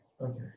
Okay